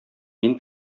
мин